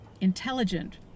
intelligent